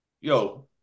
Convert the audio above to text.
Yo